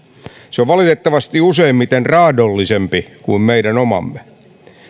se on valitettavasti useimmiten raadollisempi kuin meidän omamme